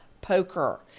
poker